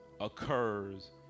occurs